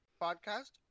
podcast